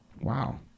wow